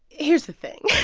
here's the thing